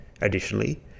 Additionally